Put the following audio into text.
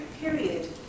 period